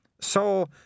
so